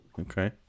okay